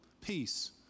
peace